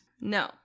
No